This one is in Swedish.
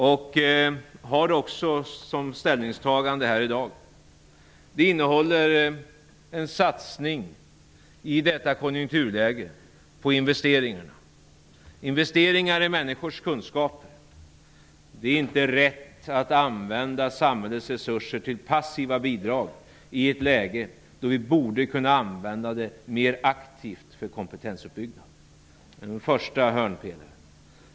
Det representerar också vårt ställningstagande här i dag. Det innehåller en satsning i detta konjunkturläge på investeringar. Den första hörnpelaren är investeringar i människors kunskaper. Det är inte rätt att använda samhällets resurser till passiva bidrag i ett läge då vi borde kunna använda dem mer aktivt för kompetensuppbyggnad.